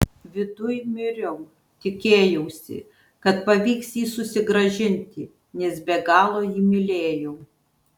viduj miriau tikėjausi kad pavyks jį susigrąžinti nes be galo jį mylėjau